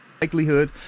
...likelihood